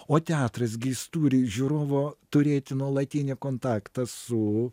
o teatras gi jis turi žiūrovo turėti nuolatinį kontaktą su